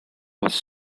was